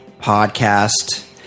Podcast